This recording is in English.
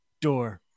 door